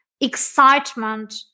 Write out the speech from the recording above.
excitement